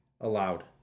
Allowed